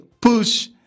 Push